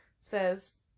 Says